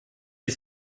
wir